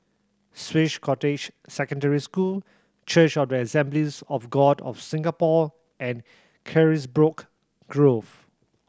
Swiss Cottage Secondary School Church of the Assemblies of God of Singapore and Carisbrooke Grove